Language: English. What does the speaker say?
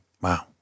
wow